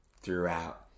throughout